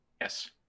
Yes